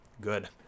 good